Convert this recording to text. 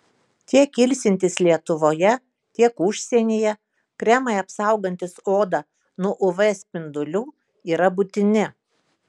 tiek ilsintis lietuvoje tiek užsienyje kremai apsaugantys odą nuo uv spindulių yra būtini